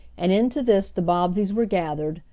and into this the bobbseys were gathered,